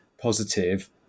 positive